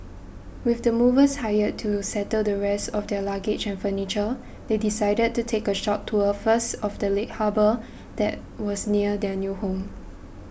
with the movers hired to settle the rest of their luggage and furniture they decided to take a short tour first of the late harbour that was near their new home